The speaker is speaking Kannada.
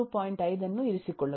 5 ಅನ್ನು ಇರಿಸಿಕೊಳ್ಳಬಹುದು